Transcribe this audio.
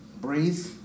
breathe